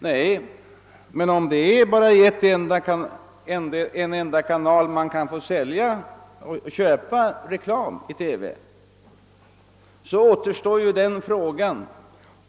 Nej, men i TV skulle det finnas en enda kanal där man kan sälja och köpa reklam.